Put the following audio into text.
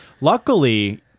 Luckily